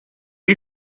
you